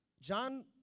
John